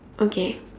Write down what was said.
okay